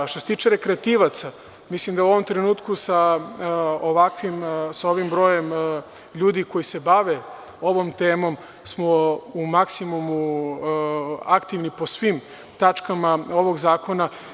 Što se tiče rekreativaca, mislim da u ovom trenutku sa ovim brojem ljudi koji se bave ovom temom smo u maksimumu aktivni po svim tačkama ovog zakona.